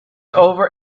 over